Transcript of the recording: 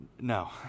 No